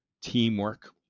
teamwork